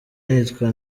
nitwa